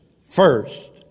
first